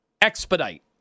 expedite